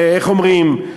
איך אומרים,